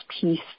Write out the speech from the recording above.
peace